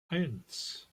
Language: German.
eins